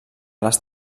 les